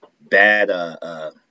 bad